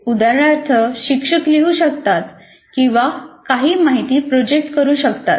उदाहरणार्थ शिक्षक लिहू शकतात किंवा काही माहिती प्रोजेक्ट करू शकतात